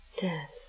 Death